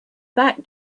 back